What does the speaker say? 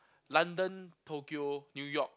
London Tokyo New-York